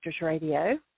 Radio